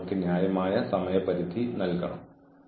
അച്ചടക്ക നടപടി പൂർണ്ണമായും ഒഴിവാക്കരുത്